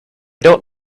don’t